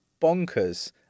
bonkers